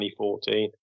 2014